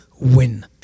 win